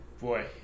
Boy